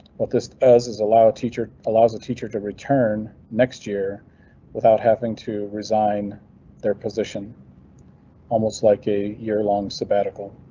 what this does is allow a teacher allows the teacher to return next year without having to resign their almost like a year long sabbatical.